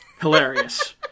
Hilarious